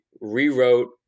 rewrote